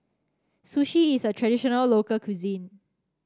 sushi is a traditional local cuisine